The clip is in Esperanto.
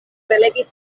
prelegis